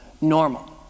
normal